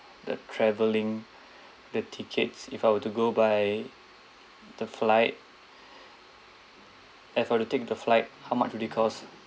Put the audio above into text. the traveling the tickets if I were to go by the flight and for take the flight how much would it cost